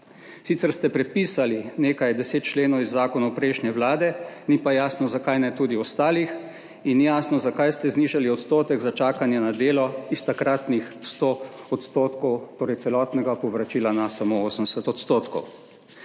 Sicer ste prepisali nekaj deset členov iz zakonov prejšnje vlade ni pa jasno, zakaj ne tudi ostalih, in ni jasno, zakaj ste znižali odstotek za čakanje na delo iz takratnih 100 %, torej celotnega povračila, na samo 80 %.